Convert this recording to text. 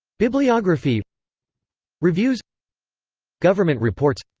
bibliography reviews government reports